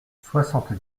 soixante